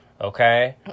okay